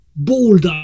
bold